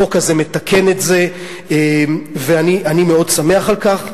החוק הזה מתקן את זה, ואני מאוד שמח על כך.